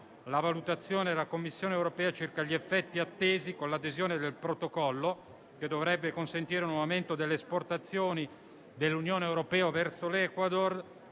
la valutazione della Commissione europea circa gli aspetti attesi con l'adesione al protocollo, che dovrebbe consentire un aumento delle esportazioni dell'Unione europea verso l'Ecuador